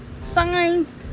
signs